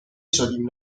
شدیم